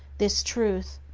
this truth,